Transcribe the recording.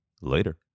Later